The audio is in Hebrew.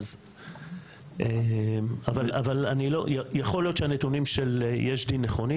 אבל אני לא יכול להיות שהנתונים של יש דין נכונים,